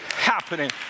happening